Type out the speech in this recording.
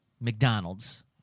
McDonald's